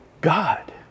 God